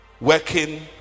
Working